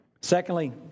Secondly